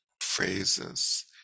phrases